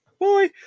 Boy